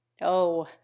Oh